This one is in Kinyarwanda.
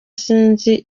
sinzi